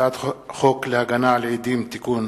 הצעת חוק להגנה על עדים (תיקון),